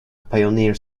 pioneer